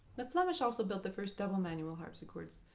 the flemish also built the first double-manual harpsichords,